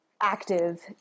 active